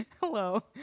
hello